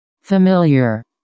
Familiar